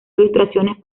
ilustraciones